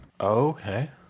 Okay